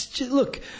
Look